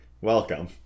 welcome